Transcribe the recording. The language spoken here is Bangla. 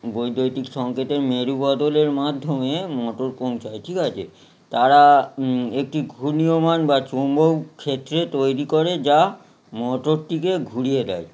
বৈদ্যুতিক সংকেতের মেরু বদলের মাধ্যমে মোটর পৌঁছায় ঠিক আছে তারা একটি ঘূর্ণায়মান বা চুম্বক ক্ষেত্র তৈরি করে যা মোটরটিকে ঘুরিয়ে দেয়